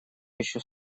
еще